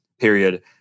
period